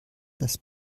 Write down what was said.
das